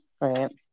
Right